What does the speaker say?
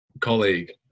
colleague